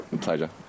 pleasure